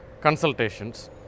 consultations